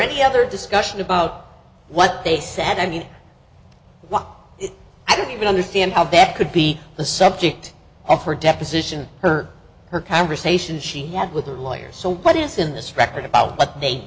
any other discussion about what they said i mean what i don't even understand how beth could be the subject off for deposition her her conversations she had with her lawyer so what is in this record about what they